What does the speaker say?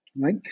right